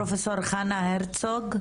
פרופסור חנה הרצוג,